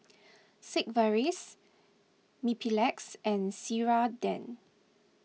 Sigvaris Mepilex and Ceradan